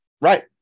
Right